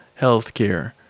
healthcare